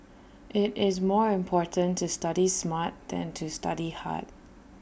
IT is more important to study smart than to study hard